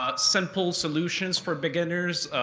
ah simple solutions for beginners,